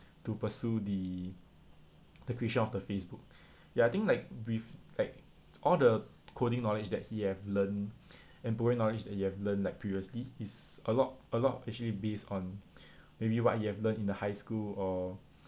to pursue the the creation of the Facebook ya I think like with like all the coding knowledge that he have learnt and probably knowledge that he have learnt like previously he's a lot a lot actually based on maybe what he have learnt in the high school or